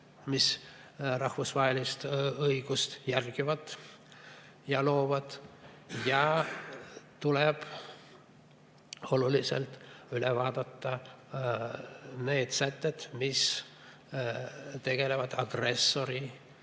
mis rahvusvahelist õigust järgivad ja loovad, ja tuleb oluliselt üle vaadata need sätted, mis tegelevad agressiooni